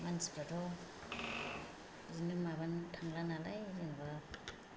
मानसिफ्राथ' बिदिनो माबानो थांला नालाय जेनेबा